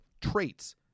traits